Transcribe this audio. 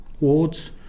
wards